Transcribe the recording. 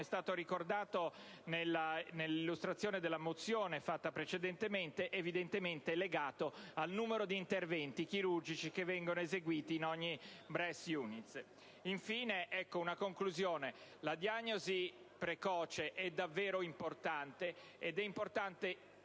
è stato ricordato nell'illustrazione della mozione fatta precedentemente, è evidentemente legato al numero di interventi chirurgici che vengono eseguiti in ogni *Breast Unit*. In conclusione, la diagnosi precoce è davvero importante - è chiaro che